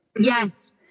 Yes